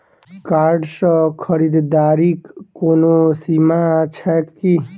Card सँ खरीददारीक कोनो सीमा छैक की?